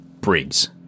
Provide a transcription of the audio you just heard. Briggs